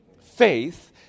faith